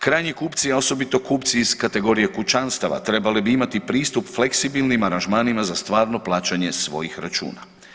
Krajnji kupci, a osobito kupci iz kategorije kućanstava trebali bi imati pristup fleksibilnim aranžmanima za stvarno plaćan je svojih računa.